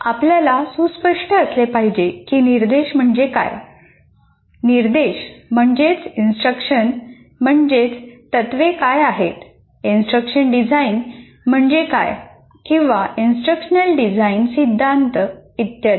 आपल्याला सुस्पष्ट असले पाहिजे की निर्देश म्हणजे काय निर्देश तत्त्वे काय आहेत इंस्ट्रक्शन डिझाइन म्हणजे काय किंवा इंस्ट्रक्शनल डिझाइन सिद्धांत इत्यादी